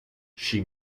she